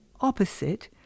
opposite